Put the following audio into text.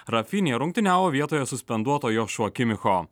rafinija rungtyniavo vietoje suspenduoto jošua kimicho